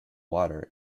water